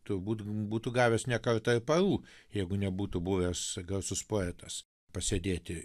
turbūt būtų gavęs ne kartą ir parų jeigu nebūtų buvęs garsus poetas pasėdėti